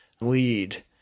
lead